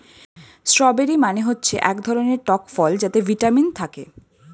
strawberry মানে হচ্ছে এক ধরনের টক ফল যাতে ভিটামিন থাকে